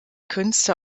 künste